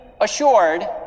assured